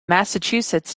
massachusetts